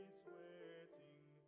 sweating